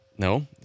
No